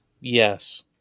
Yes